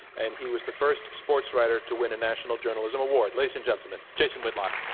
and he was the first sportswriter to win a national journalism award. ladies and gentlemen, jason whitlock.